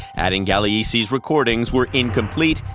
adding gagliese's recordings were incomplete,